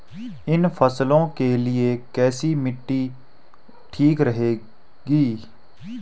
इन फसलों के लिए कैसी मिट्टी ठीक रहेगी?